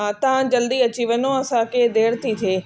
हा तव्हां जल्दी अची वञो असांखे देरि थी थिए